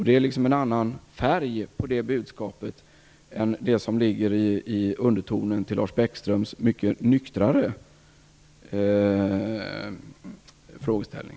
Det är liksom en annan färg på det budskapet än det som ligger i undertonen till Lars Bäckströms mycket nyktrare frågeställning.